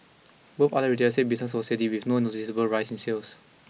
what other retailers said business was steady with no noticeable rise in sales